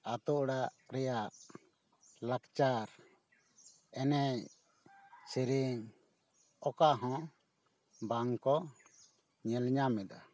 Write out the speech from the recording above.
ᱟᱛᱳ ᱚᱲᱟᱜ ᱨᱮᱭᱟᱜ ᱞᱟᱠᱪᱟᱨ ᱮᱱᱮᱡ ᱥᱮᱨᱮᱧ ᱚᱠᱟ ᱦᱚᱸ ᱵᱟᱝ ᱠᱚ ᱧᱮᱞ ᱧᱟᱢ ᱮᱫᱟ